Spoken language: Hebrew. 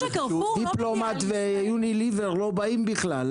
דיפלומט ויוניליוור לא באים בכלל,